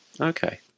okay